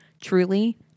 Truly